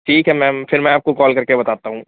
ठीक है मैंम फिर मैं आपको कॉल करके बताता हूँ